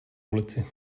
ulici